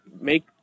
make